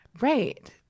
Right